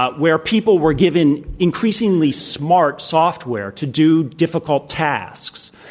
ah where people were given increasingly smart software to do difficult tasks.